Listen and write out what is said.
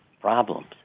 problems